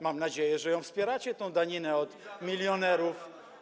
Mam nadzieję, że wspieracie tę daninę od milionerów.